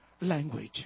language